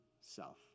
self